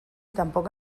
tampoc